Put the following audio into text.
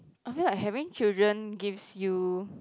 I feel like having children gives you